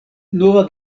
nova